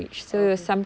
okay